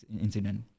incident